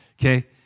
Okay